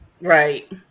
right